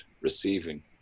receiving